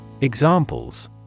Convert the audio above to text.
Examples